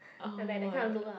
oh-my-god